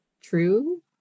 true